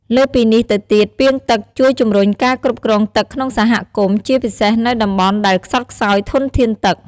លើសពីនេះទៅទៀត ពាងទឹក ជួយជំរុញការគ្រប់គ្រងទឹកក្នុងសហគមន៍ ជាពិសេសនៅតំបន់ដែលខ្សត់ខ្សោយធនធានទឹក។